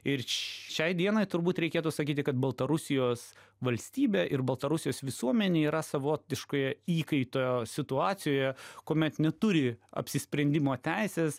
ir šiai dienai turbūt reikėtų sakyti kad baltarusijos valstybė ir baltarusijos visuomenė yra savotiškoje įkaito situacijoje kuomet neturi apsisprendimo teisės